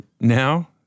now